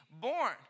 born